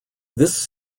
this